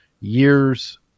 Years